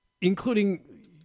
including